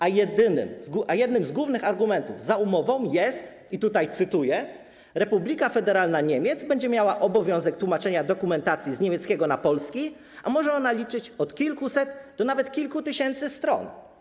A jednym z głównych argumentów za umową jest, i tutaj cytuję: Republika Federalna Niemiec będzie miała obowiązek tłumaczenia dokumentacji z niemieckiego na polski, a może ona liczyć od kilkuset do nawet kilku tysięcy stron.